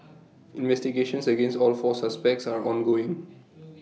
investigations against all four suspects are ongoing